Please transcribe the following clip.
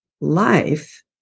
life